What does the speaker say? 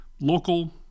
local